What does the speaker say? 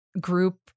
group